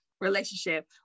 relationship